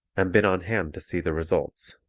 and been on hand to see the results.